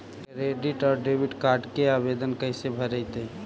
Credit और debit card के आवेदन कैसे भरैतैय?